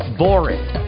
boring